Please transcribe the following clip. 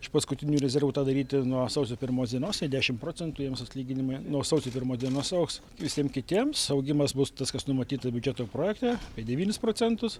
iš paskutinių rezervų tą daryti nuo sausio pirmos dienos tai dešimt procentų jiems atlyginimai nuo sausio pirmos dienos augs visiem kitiems augimas bus tas kas numatyta biudžeto projekte apie devynis procentus